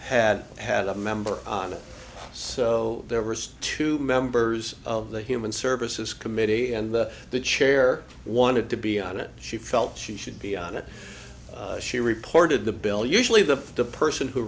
had had a member on it so there were two members of the human services committee and the chair wanted to be on it she felt she should be on it she reported the bill usually the person who